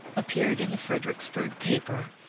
appeared in the fredericksburg paper,